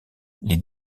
les